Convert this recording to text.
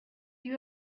you